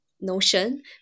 notion